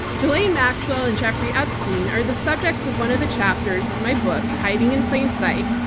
ghislaine maxwell and jeffrey epstein are the subjects of one of the chapters of my book, hiding in plain sight,